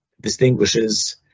distinguishes